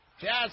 Jazz